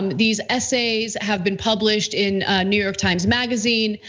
um these essays have been published in new york times magazine,